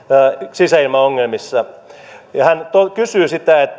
sisäilmaongelmissa ja hän kysyy